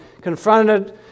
confronted